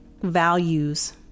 values